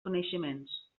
coneixements